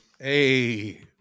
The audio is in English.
Hey